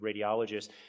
radiologists